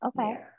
Okay